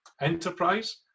enterprise